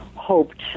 hoped